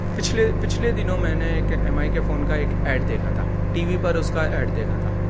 پچھلے پچھلے دنوں میں نے ایک ایم آئ کے فون کا ایک ایڈ دیکھا تھا ٹی وی پر اس کا ایڈ دیکھا تھا